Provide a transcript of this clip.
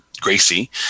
Gracie